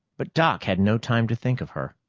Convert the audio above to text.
but doc had no time to think of her.